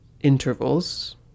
intervals